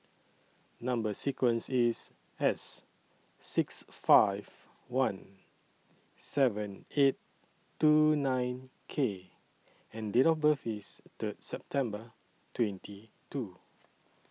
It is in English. Number sequence IS S six five one seven eight two nine K and Date of birth IS Third September twenty two